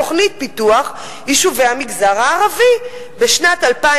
תוכנית פיתוח יישובי המגזר הערבי בשנת 2012,